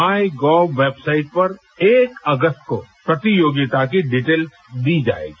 माई GOV website पर एक अगस्त को प्रतियोगिता की डिटेल्स दी जाएगी